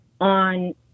on